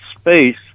space